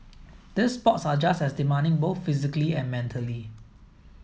these sports are just as demanding both physically and mentally